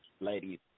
Ladies